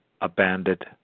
abandoned